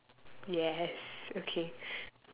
yes okay